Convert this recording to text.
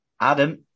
Adam